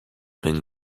been